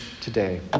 today